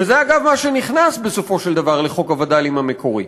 וזה, אגב, מה שנכנס לחוק הווד"לים המקורי.